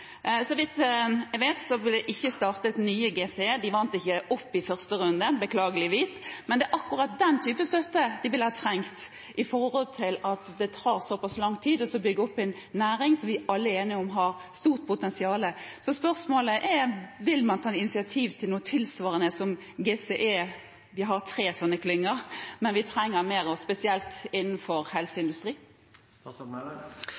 Så vidt jeg vet, blir det ikke startet nye GCE-er, de vant ikke fram i første runde, beklageligvis, men det er akkurat den typen støtte de ville ha trengt, med tanke på at det tar såpass lang tid å bygge opp en næring som vi alle er enige om har et stort potensial. Spørsmålet er: Vil man ta initiativ til noe tilsvarende GCE? Vi har tre slike klynger, men vi trenger flere, spesielt innenfor